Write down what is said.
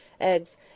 eggs